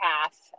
half